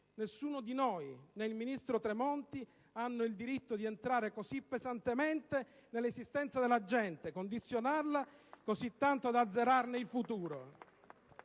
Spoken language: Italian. Nessuno di noi, né il ministro Tremonti, ha il diritto di entrare così pesantemente nell'esistenza della gente, di condizionarla così tanto da azzerarne il futuro.